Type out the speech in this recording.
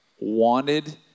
wanted